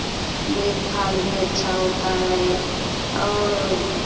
देख भाल भी अच्छा होता है और